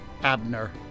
Abner